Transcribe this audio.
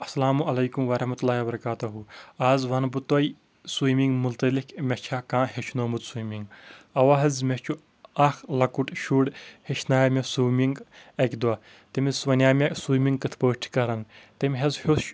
اسلام عليكم ورحمة الله وبركاته آز ونہٕ بہٕ تۄہہِ سُیمنٛگ مُتعلِق مےٚ چھا کانٛہہ ہیٚچھنومُت سُیمنٛگ اوا حظ مےٚ چھُ اکھ لۄکُٹ شُر ہیٚچھنایو مےٚ سُیمنٛگ اکہِ دۄہ تٔمِس وناے مےٚ یہِ سُیمنٛگ کٕتھ پٲٹھۍ چھِ کران تٔمۍ حظ ہیٚوچھ